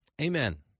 Amen